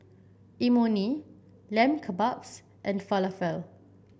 Imoni Lamb Kebabs and Falafel